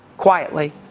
quietly